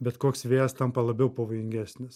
bet koks vėjas tampa labiau pavojingesnis